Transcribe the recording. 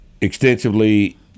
extensively